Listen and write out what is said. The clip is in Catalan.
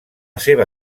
seva